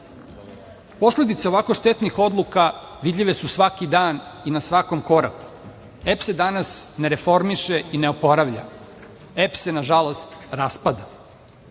odbora. Posledice ovako štetnih odluka vidljive su svaki dan i na svakom koraku. EPS se danas ne reformiše i ne oporavlja. „Elektroprivreda